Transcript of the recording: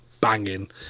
banging